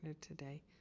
today